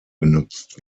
genutzt